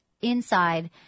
inside